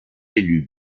élus